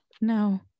No